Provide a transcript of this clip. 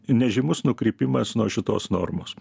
nežymus nukrypimas nuo šitos normos